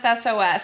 SOS